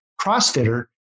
Crossfitter